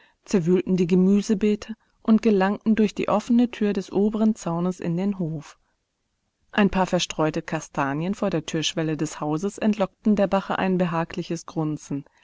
zerwühlten die gemüsebeete und gelangten durch die offene tür des oberen zaunes in den hof ein paar verstreute kastanien vor der türschwelle des hauses entlockten der bache ein behagliches grunzen